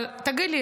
תגיד לי,